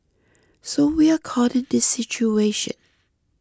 so we are caught in this situation